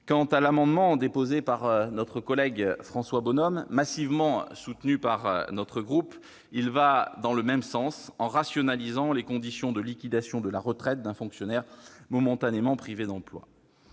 Quant à l'amendement déposé par François Bonhomme et massivement soutenu par le groupe Les Républicains, il va dans le même sens, en rationalisant les conditions de liquidation de la retraite d'un fonctionnaire momentanément privé d'emploi.